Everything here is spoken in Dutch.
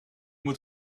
moet